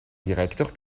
directeur